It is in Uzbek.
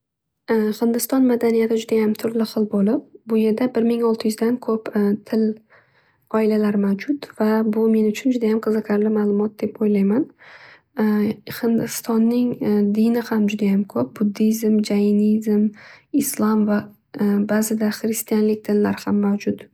Hindiston madaniyati judaham turli bo'lib bu yerda bir ming oltiyuzdan ko'p til oilalari mavjud. Va bu men uchun judayam qiziqarli malumot deb o'ylayman. Hindistonning dini ham judayam ko'p buddizm jainizm, islam va bazida xristianlik dinlar ham mavjud.